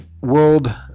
world